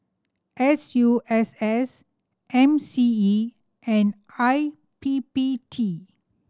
S U S S M C E and I P P T